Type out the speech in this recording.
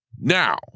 Now